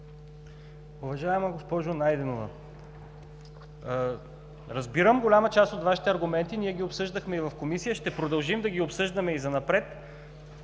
Уважаема госпожо Найденова, разбирам голяма част от Вашите аргументи. Ние ги обсъждахме и в Комисия, ще продължим да ги обсъждаме и занапред.